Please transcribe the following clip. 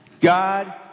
God